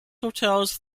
hotels